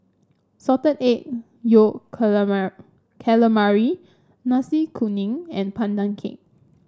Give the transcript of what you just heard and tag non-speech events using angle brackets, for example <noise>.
Salted Egg Yolk <unintelligible> Calamari Nasi Kuning and Pandan Cake